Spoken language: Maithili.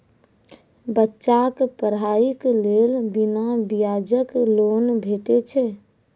बच्चाक पढ़ाईक लेल बिना ब्याजक लोन भेटै छै?